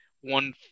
one